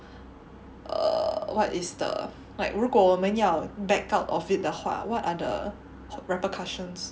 err what is the like 如果我们要 back out of it 的话 what are the repercussions